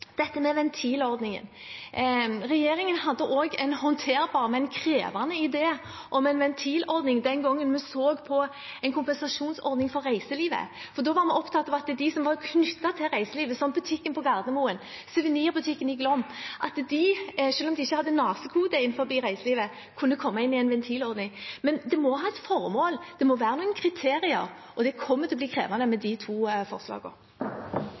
Dette med ventilordningen: Regjeringen hadde også en håndterbar, men krevende idé om en ventilordning den gangen vi så på en kompensasjonsordning for reiselivet, for da var vi opptatt av at de som var knyttet til reiselivet, som butikken på Gardermoen eller suvenirbutikken i Flåm, kunne komme inn i en ventilordning selv om de ikke hadde NACE-kode innenfor reiselivet. Men det må ha et formål, og det må være noen kriterier. Det kommer til å bli krevende med de to